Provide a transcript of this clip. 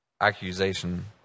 accusation